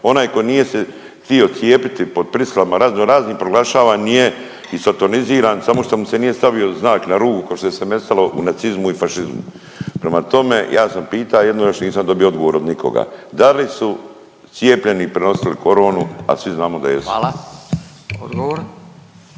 Onaj tko nije se htio cijepiti pod prisilama razno raznim proglašen je i sotoniziran, samo što mu se nije stavio znak na ruku ko što se metalo u nacizmu i fašizmu. Prema tome ja sam pita jedno, još nisam dobio odgovor od nikoga. Da li su cijepljeni prenosili coronu, a svi znamo da jesu. **Radin,